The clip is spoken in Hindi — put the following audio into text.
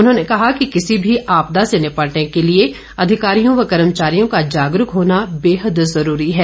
उन्होंने कहा कि किसी भी आपदा से निपटने के लिए अधिकारियों और कर्मचारियों का जागरूक होना बेहद जरूरी है